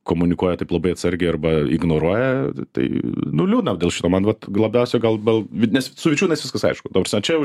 komunikuoja taip labai atsargiai arba ignoruoja tai nu liūdna dėl šito man vat glabiausiai gal bal vit nes su vičiūnais viskas aišku daug sančiau